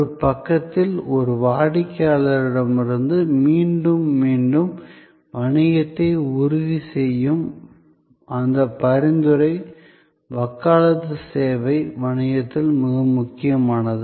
ஒரு பக்கத்தில் ஒரே வாடிக்கையாளரிடமிருந்து மீண்டும் மீண்டும் வணிகத்தை உறுதி செய்யும் அந்த பரிந்துரை வக்காலத்து சேவை வணிகத்தில் மிக முக்கியமானது